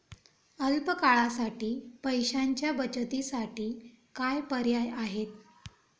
अल्प काळासाठी पैशाच्या बचतीसाठी काय पर्याय आहेत?